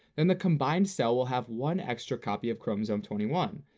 then the combined cell will have one extra copy of chromosome twenty one,